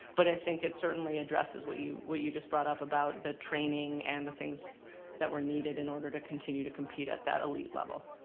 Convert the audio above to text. but i think it certainly addresses what you what you just brought up about the training and the things that were needed in order to continue to compete at that elite level.